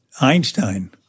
Einstein